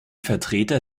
vertreter